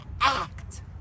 act